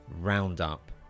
roundup